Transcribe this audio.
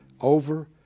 over